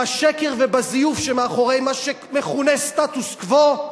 בשקר ובזיוף שמאחורי מה שמכונה סטטוס-קוו,